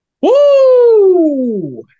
Woo